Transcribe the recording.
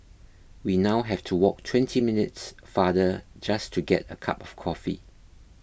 we now have to walk twenty minutes farther just to get a cup of coffee